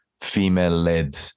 female-led